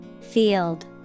Field